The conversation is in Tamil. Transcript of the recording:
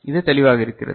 இது தெளிவாக இருக்கிறது